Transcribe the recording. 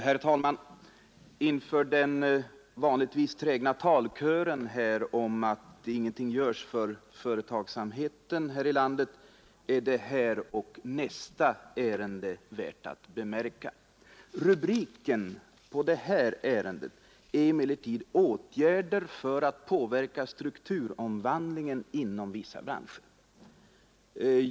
Herr talman! Inför den vanligtvis trägna talkören om att ingenting görs för företagsamheten här i landet är detta och nästa ärende värda att bemärka. Rubriken på det här ärendet är Åtgärder för att påverka strukturomvandlingen inom vissa branscher.